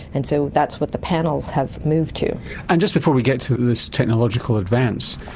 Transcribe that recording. and so that's what the panels have moved to. and just before we get to this technological advance,